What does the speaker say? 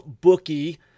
bookie